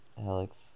Alex